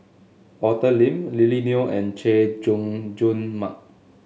Arthur Lim Lily Neo and Chay Jung Jun Mark